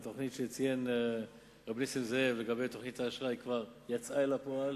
התוכנית שציין הרב נסים זאב לגבי האשראי כבר יצאה אל הפועל,